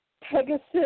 Pegasus